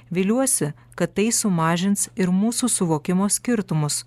viliuosi kad tai sumažins ir mūsų suvokimo skirtumus